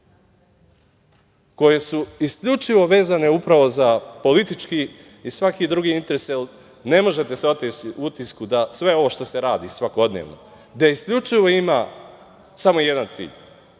koje su isključivo vezane upravo za politički i svaki drugi interes. Ne možete se oteti utisku da sve ovo što se radi svakodnevno da isključivo ima samo jedan cilj